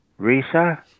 Risa